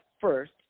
first